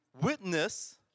witness